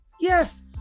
Yes